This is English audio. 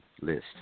list